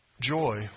joy